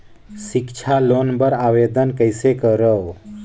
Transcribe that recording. सिक्छा लोन बर आवेदन कइसे करव?